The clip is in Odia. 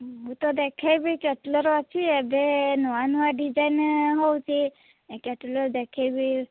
ମୁଁ ତ ଦେଖେଇବି କ୍ୟାଟଲଗ୍ ଅଛି ଏବେ ନୂଆ ନୂଆ ଡିଜାଇନ୍ ହେଉଛି ଏ କ୍ୟାଟଲଗ୍ ଦେଖେଇବି